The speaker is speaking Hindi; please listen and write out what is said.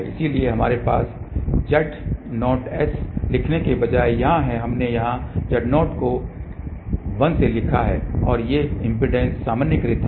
इसलिए हमारे पास Z0s लिखने के बजाय यहां है हमने यहां Z0 को 1 लिखा है और ये इम्पीडेंसेस सामान्यीकृत हैं